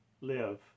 live